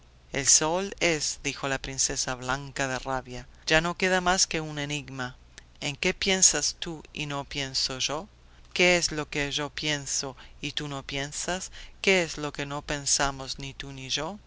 el sol el sol es dijo la princesa blanca de rabia ya no queda más que un enigma en qué piensas tú y no pienso yo qué es lo que yo pienso y tú no piensas qué es lo que no pensamos ni tú ni yo